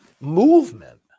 movement